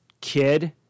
kid